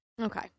Okay